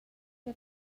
que